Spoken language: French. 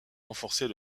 renforcer